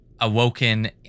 awoken